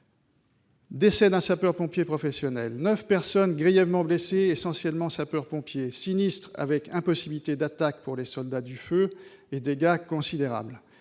décès d'un sapeur-pompier professionnel, neuf personnes grièvement blessées, essentiellement sapeurs-pompiers ; sinistres avec impossibilité d'attaque pour les soldats du feu et dégâts considérables.